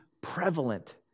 prevalent